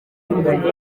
y’impanuka